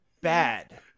bad